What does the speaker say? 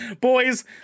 boys